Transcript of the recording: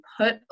put